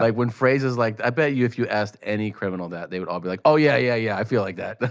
like when phrases like i bet you if you asked any criminal that they would all be like, oh, yeah, yeah, yeah. i feel like that. laughter